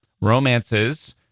romances